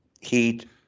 heat